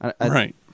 Right